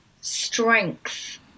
strength